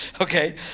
Okay